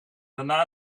daarna